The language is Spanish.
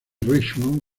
richmond